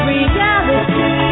Reality